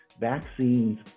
vaccines